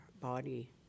body